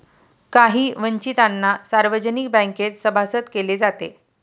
काही वंचितांना सार्वजनिक बँकेत सभासद केले जाते